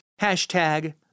Hashtag